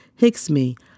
Hicksme